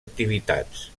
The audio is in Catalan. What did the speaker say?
activitats